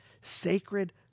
Sacred